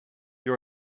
you